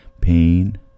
Pain